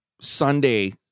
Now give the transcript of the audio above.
Sunday